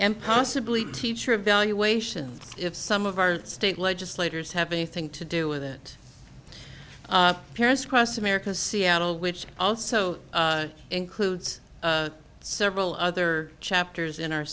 m possibly teacher evaluation if some of our state legislators have anything to do with it parents across america seattle which also includes several other chapters in our